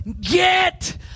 get